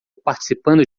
participando